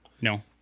no